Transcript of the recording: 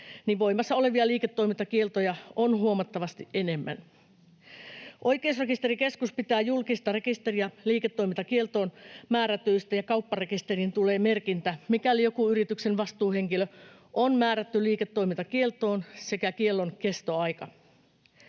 voimassa olevia liiketoimintakieltoja on huomattavasti enemmän. Oikeusrekisterikeskus pitää julkista rekisteriä liiketoimintakieltoon määrätyistä, ja kaupparekisteriin tulee merkintä, mikäli joku yrityksen vastuuhenkilö on määrätty liiketoimintakieltoon, sekä kiellon kestoaika.